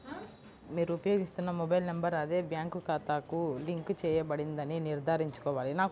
మీరు ఉపయోగిస్తున్న mobile number అదే బ్యాంక్ ఖాతాకు లింక్ చేయబడిందని నిర్ధారించుకోవాలి